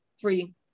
three